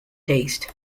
taste